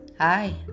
Hi